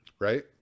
right